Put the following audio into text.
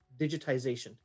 digitization